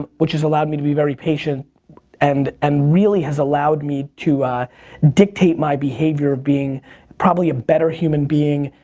um which has allowed me to be very patient and and really has allowed me to dictate my behavior being probably a better human being.